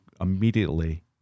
immediately